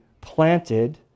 planted